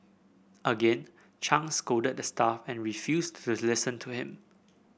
again Chang scolded the staff and refused to listen to him